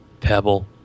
pebble